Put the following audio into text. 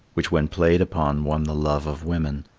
which when played upon won the love of women,